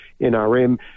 NRM